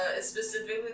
specifically